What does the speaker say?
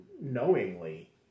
knowingly